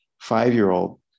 five-year-old